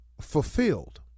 fulfilled